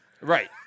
Right